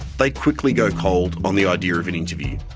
they quickly go cold on the idea of an interview.